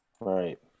right